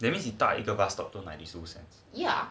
that means you 搭一个 bus stop is ninety cents